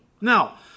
Now